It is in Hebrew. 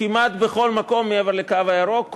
כמעט בכל מקום מעבר לקו הירוק,